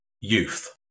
Youth